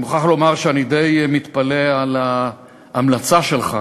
אני מוכרח לומר שאני די מתפלא על ההמלצה שלך